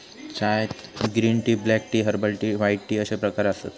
चायत green tea, black tea, herbal tea, white tea अश्ये प्रकार आसत